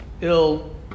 ill